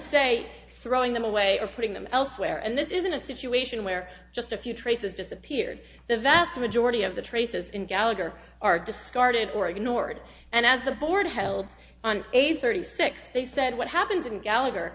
say throwing them away or putting them elsewhere and this isn't a situation where just a few traces disappeared the vast majority of the traces in gallagher are discarded or ignored and as the board held on eight thirty six they said what happens in gallagher